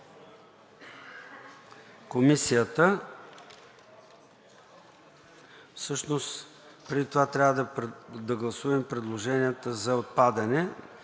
Комисията. Всъщност преди това трябва да гласуваме предложенията за отпадане.